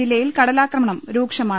ജില്ല യിൽ കടലാക്രമണം രൂക്ഷമാണ്